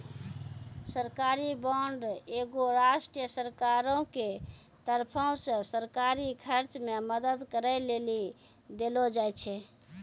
सरकारी बांड एगो राष्ट्रीय सरकारो के तरफो से सरकारी खर्च मे मदद करै लेली देलो जाय छै